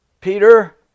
Peter